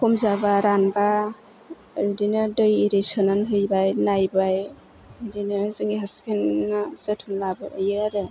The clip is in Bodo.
खम जाबा रानबा बिदिनो दै एरि सोनानै हैबाय नायबाय बिदिनो जोंनि हास्बेन्डआ जोथोन लायो आरो